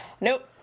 Nope